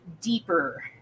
deeper